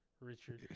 Richard